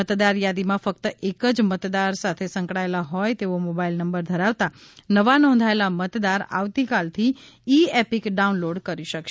મતદારથાદીનાં ફકત એક જ મતદાર સાથે સંકળાયેલાં હોય તેવો મોબાઈલ નંબર ધરાવતા નવા નોંધાયેલા મતદાર આવતીકાલથી ઈ એપિક ડાઉનલોડ કરી શકે છે